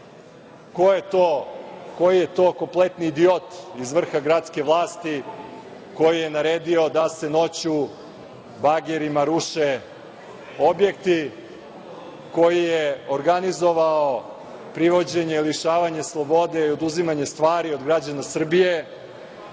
ime koji je to kompletni idiot iz vrha gradske vlasti koji je naredio da se noću bagerima ruše objekti koji je organizovao privođenje i lišavanje slobode i oduzimanja stvari od građana Srbije